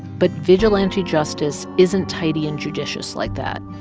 but vigilante justice isn't tidy and judicious like that.